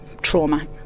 trauma